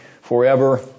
forever